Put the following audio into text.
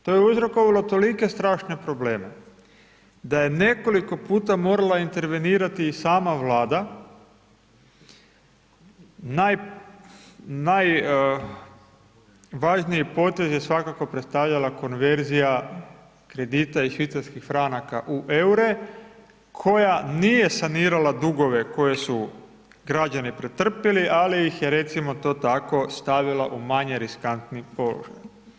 To je uzrokovalo tolike strašne probleme da je nekoliko puta morala intervenirati i sama Vlada, najvažniji je svakako predstavljala konverzija kredita i CHF-a u EUR-e, koja nije sanirala dugove koje su građani pretrpjeli ali ih je recimo to tako stavila u manje riskantni položaj.